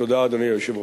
תודה, אדוני היושב-ראש.